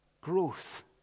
growth